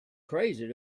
crazy